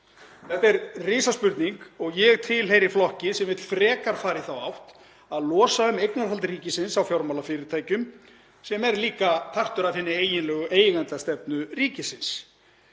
Þetta er risaspurning og ég tilheyri flokki sem vill frekar fara í þá átt að losa um eignarhald ríkisins á fjármálafyrirtækjum sem er líka partur af hinni eiginlegu eigendastefnu ríkisins.